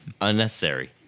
unnecessary